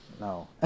no